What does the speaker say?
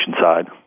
side